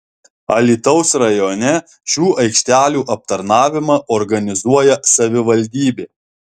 alytaus rajone šių aikštelių aptarnavimą organizuoja savivaldybė